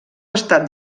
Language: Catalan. estat